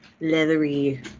leathery